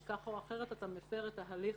כי כך או אחרת אתה מפר את ההליך